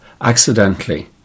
accidentally